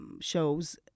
shows